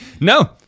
No